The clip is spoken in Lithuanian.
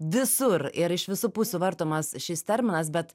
visur ir iš visų pusių vartomas šis terminas bet